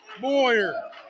Boyer